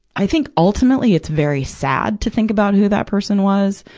i think, ultimately, it's very sad to think about who that person was,